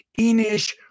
Enish